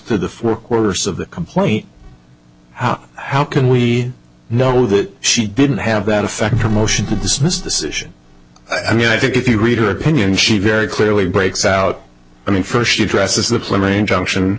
to the four corners of the complaint how how can we know that she didn't have that effect promotion dismissed decision i mean i think if you read her opinion she very clearly breaks out i mean